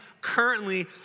currently